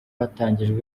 hatangijwe